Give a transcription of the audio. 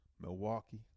Milwaukee